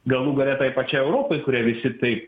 galų gale pačiai europai kurią visi taip